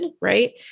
right